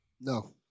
no